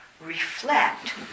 reflect